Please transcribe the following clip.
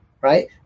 right